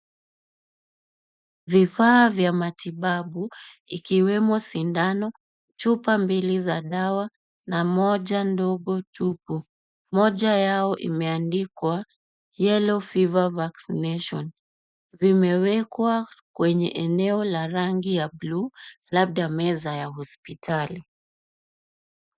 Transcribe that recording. Vifaa vya matibabu, ikiwemo sindano, chupa mbili za dawa, na moja ndogo tupu. Moja yao imeandikwa, Yellow fever Vaccination. Vimewekwa kwenye eneo la rangi ya bluu, labda meza ya hospitali.